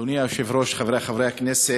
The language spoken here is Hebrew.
אדוני היושב-ראש, חברי חברי הכנסת,